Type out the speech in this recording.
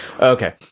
okay